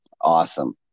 Awesome